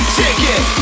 ticket